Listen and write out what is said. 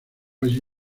allí